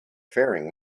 faring